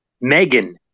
megan